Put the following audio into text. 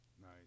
Nice